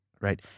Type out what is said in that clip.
right